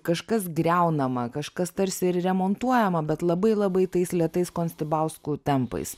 kažkas griaunama kažkas tarsi ir remontuojama bet labai labai tais lėtais konstibauskų tempais